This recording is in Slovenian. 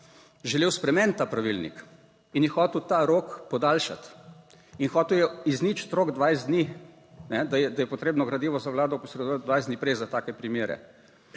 želel spremeniti ta pravilnik in je hotel ta rok podaljšati in hotel je izničiti rok 20 dni, da je potrebno gradivo za Vlado posredovati 20 dni prej za take primere.